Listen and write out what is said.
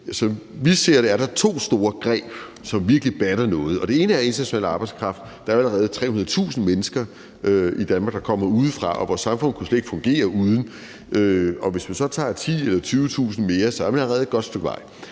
vi ser det, er der to store greb, som virkelig batter noget, og det ene er international arbejdskraft. Der er jo allerede 300.000 mennesker i Danmark, der kommer udefra, og vores samfund kunne slet ikke fungere uden. Og hvis vi så tager 10.000 eller 20.000 mere, er man allerede nået et godt stykke vej.